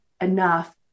enough